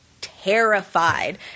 terrified